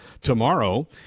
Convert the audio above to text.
tomorrow